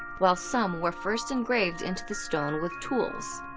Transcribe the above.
while some were first engraved into the stone with tools.